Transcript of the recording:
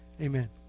Amen